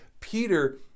Peter